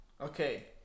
Okay